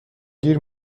گیر